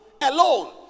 alone